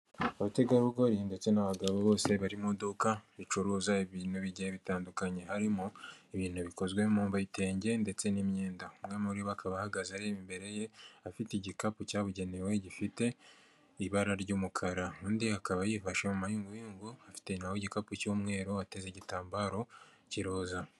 Abategarugori ndetse n'abagabo bose bari mu iduka ricuruza ibintu bigiye bitandukanye, harimo ibintu bikozwe mu bitenge ndetse n'imyenda, umwe muri bo akaba ahagaze areba imbere ye afite igikapu cyabugenewe gifite ibara ry'umukara, undi akaba yifashe mu mayunguyungu afite nawe igikapu cy'umweru ateze igitambaro k'iroza.